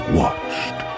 watched